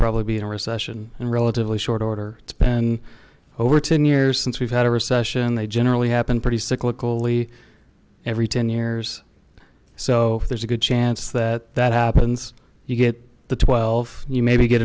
probably be in a recession in relatively short order it's been over ten years since we've had a recession they generally happen pretty cyclical ie every ten years or so there's a good chance that that happens you get the twelve you maybe get